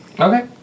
Okay